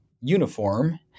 uniform